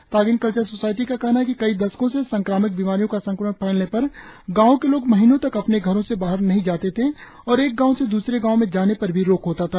Tagin cultural society का कहना है कि कई दशकों से संक्रामक बीमारियों का संक्रमण फैलने पर गांवों में लोग महीनों तक अपने घरों से बाहर नहीं जाते थे और एक गांव से द्सरे गांव में जाने पर भी रोक होता था